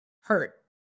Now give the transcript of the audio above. hurt